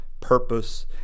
purpose